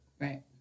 Right